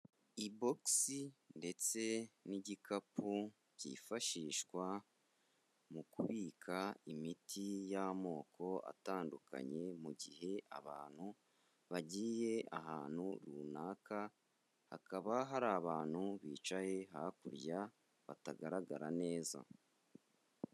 Ibogisi ndetse n'igikapu byifashishwa mu kubika imiti y'amoko atandukanye, mu gihe abantu bagiye ahantu runaka, hakaba hari abantu bicaye hakurya, batagaragara neza.